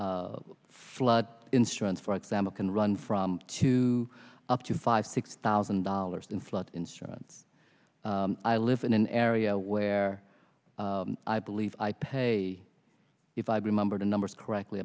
flood instruments for example can run from two up to five six thousand dollars in flood insurance i live in an area where i believe i pay if i remember the numbers correctly